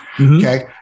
Okay